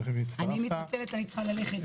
אני מתנצלת, אני חייבת ללכת.